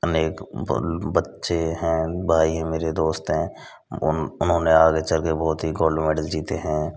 हमे एक बच्चे हैं भाई मेरे दोस्त हैं उन उन्होंने आगे चल कर बहुत है गोल्ड मेडल जीते हैं